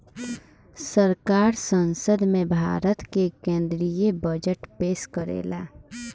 सरकार संसद में भारत के केद्रीय बजट पेस करेला